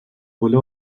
پلو